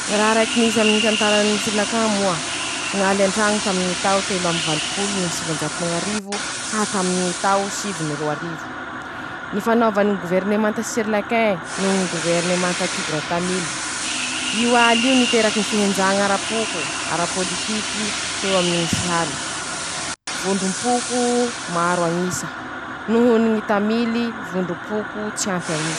Ñy raha raiky nisy aminy ñy tantarany sirlanka moa: ñ'aly antraño taminy ñy tao telo amby valopolo no sivanjato no ñ'arivo ka hatr'aminy tao sivy no roa arivo, nifanaovany ñy gôverinemanta Sirilakin noho ñy gôverinemanta tigiratamily, io al'io niteraky ñy fihenjaña arapoko, arapôlitiky teo aminy ñy sihala, vondrompoko maro añisa noho ñy tamily, vondrompoko tsy maro anisa.